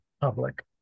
public